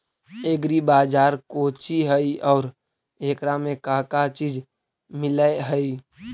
Agri बाजार कोची हई और एकरा में का का चीज मिलै हई?